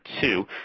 two